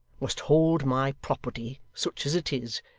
must hold my property, such as it is,